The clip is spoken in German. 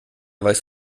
weißt